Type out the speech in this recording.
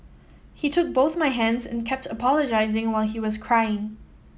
he took both my hands and kept apologising while he was crying